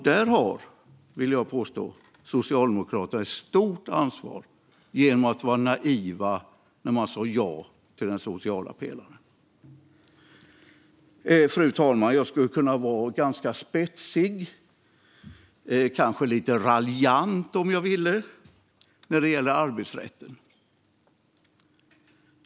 Där har, vill jag påstå, Socialdemokraterna ett stort ansvar genom att ha varit naiva när de sa ja till den sociala pelaren. Fru talman! Om jag ville skulle jag kunna vara ganska spetsig och kanske lite raljant när det gäller arbetsrätten.